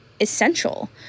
essential